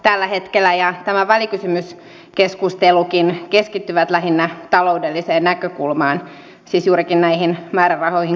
tällä hetkellä koulutuspoliittinen keskustelu yleensä ja tämä välikysymyskeskustelukin keskittyvät lähinnä taloudelliseen näkökulmaan siis juurikin näihin määrärahoihin kohdistuviin leikkauksiin